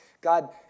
God